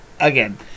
Again